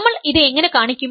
നമ്മൾ ഇത് എങ്ങനെ കാണിക്കും